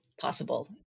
Possible